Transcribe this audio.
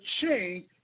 change